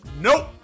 nope